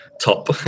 top